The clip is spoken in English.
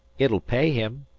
it'll pay him.